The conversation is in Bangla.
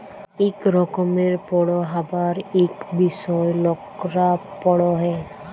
ইক রকমের পড়্হাবার ইক বিষয় লকরা পড়হে